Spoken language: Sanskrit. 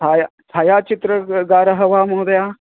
छाया छायाचित्रकारः वा महोदय